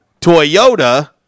Toyota